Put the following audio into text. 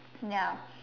ya